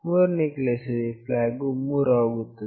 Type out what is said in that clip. ಮೂರನೇ ಕೇಸ್ ನಲ್ಲಿ flag ವು 3 ಆಗುತ್ತದೆ